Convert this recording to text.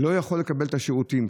לא יכול לקבל את השירותים,